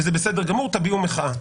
וזה בסדר גמור תביעו מחאה.